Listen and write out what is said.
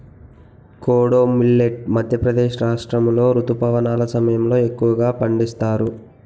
kodo millet Madhya Pradesh రాష్ట్రాములో రుతుపవనాల సమయంలో ఎక్కువగా పండిస్తారు